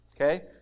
okay